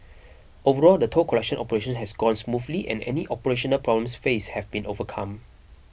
overall the toll collection operation has gone smoothly and any operational problems faced have been overcome